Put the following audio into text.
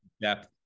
depth